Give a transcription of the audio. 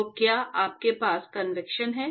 तो क्या आपके पास कन्वेक्शन हैं